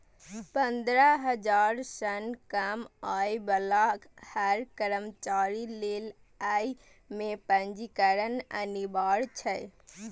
पंद्रह हजार सं कम आय बला हर कर्मचारी लेल अय मे पंजीकरण अनिवार्य छै